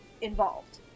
involved